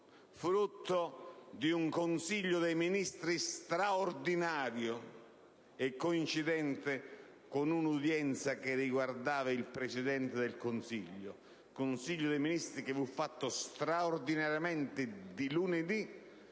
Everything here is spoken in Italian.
frutto di un Consiglio dei ministri straordinario e coincidente con un'udienza che riguardava il Presidente del Consiglio, Consiglio dei ministri che fu fatto straordinariamente di lunedì,